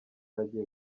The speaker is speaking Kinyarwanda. agiye